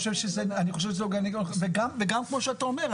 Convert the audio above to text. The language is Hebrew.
כמו שאתה אומר,